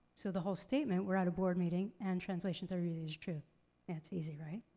so the whole statement, we're at a board meeting and translations are easy is true and it's easy, right?